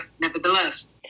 nevertheless